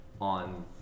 on